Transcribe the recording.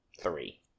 three